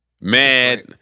Mad